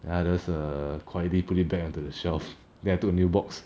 then I just err quietly put it back onto the shelf then I took a new box